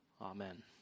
Amen